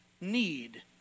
need